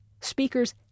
Speakers